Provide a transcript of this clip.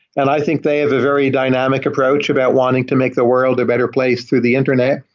and i think they have a very dynamic approach about wanting to make the world a better place through the internet,